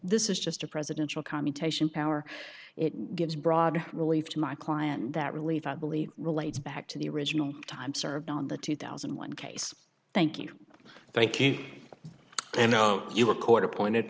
this is just a presidential commutation power it gives broad relief to my client that relief i believe relates back to the original time served on the two thousand and one case thank you thank you and your court appointed